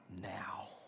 now